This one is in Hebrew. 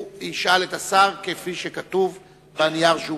שישאל את השר כפי שכתוב בנייר שאושר.